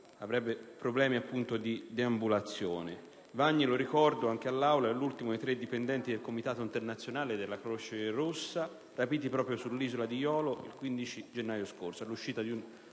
avrebbe problemi di deambulazione. Vagni, lo ricordo anche all'Assemblea, è l'ultimo di tre dipendenti del Comitato internazionale della Croce Rossa, rapiti sull'isola di Jolo il 15 gennaio scorso,